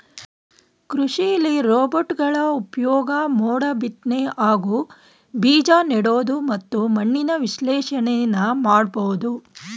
ಕೃಷಿಲಿ ರೋಬೋಟ್ಗಳ ಉಪ್ಯೋಗ ಮೋಡ ಬಿತ್ನೆ ಹಾಗೂ ಬೀಜನೆಡೋದು ಮತ್ತು ಮಣ್ಣಿನ ವಿಶ್ಲೇಷಣೆನ ಮಾಡ್ಬೋದು